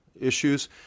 issues